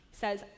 says